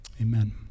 Amen